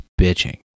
bitching